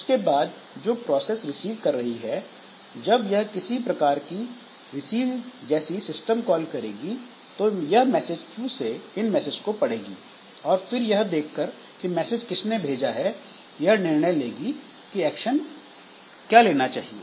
उसके बाद जो प्रोसेस रिसीव कर रही है जब यह किसी प्रकार की रिसीव जैसी सिस्टम कॉल करेगी तो यह मैसेज क्यू से इन मैसेज को पढेगी और फिर यह देखकर की मैसेज किसने भेजा है यह निर्णय लेगी कि क्या एक्शन लेना चाहिए